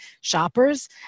shoppers